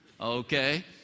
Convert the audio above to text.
Okay